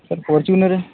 sir Fortuner ਹੈ